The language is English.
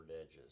edges